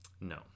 No